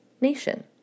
nation